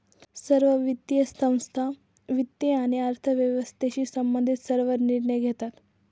सर्व वित्तीय संस्था वित्त आणि अर्थव्यवस्थेशी संबंधित सर्व निर्णय घेतात